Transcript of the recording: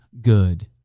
good